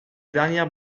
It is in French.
dernière